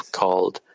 called